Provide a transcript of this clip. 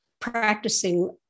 Practicing